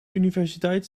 universiteit